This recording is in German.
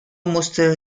musste